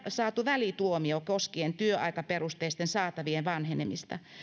saatu välituomio koskien työaikaperusteisten saatavien vanhenemista